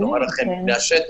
ולומר לכם מהשטח